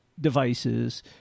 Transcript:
devices